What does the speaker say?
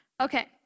Okay